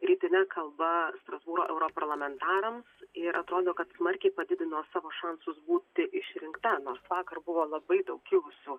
rytine kalba strasbūro europarlamentarams ir atrodo kad smarkiai padidino savo šansus būti išrinkta nors vakar buvo labai daug kilusių